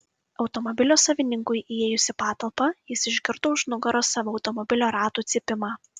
automobilio savininkui įėjus į patalpą jis išgirdo už nugaros savo automobilio ratų cypimą